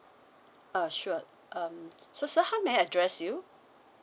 uh sure um so so how may I address you